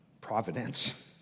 Providence